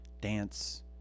dance